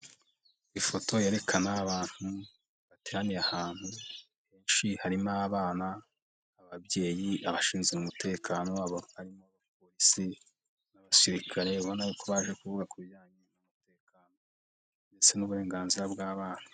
Ifoto yerekana abantu bateraniye ahantu benshi harimo: abana, ababyeyi, abashinzwe umutekano wabo, harimo Polisi n'abasirikare, ubona ko baje kuvuga ku bijyanye n'umutekano ndetse n'uburenganzira bw'abana.